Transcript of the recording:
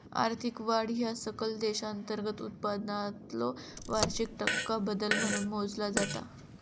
आर्थिक वाढ ह्या सकल देशांतर्गत उत्पादनातलो वार्षिक टक्का बदल म्हणून मोजला जाता